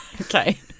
Okay